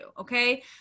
Okay